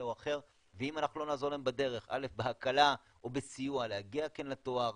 או אחר' ואם לא נעזור להם בדרך בהקלה ובסיוע להגיע כן לתואר,